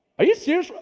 are you serious?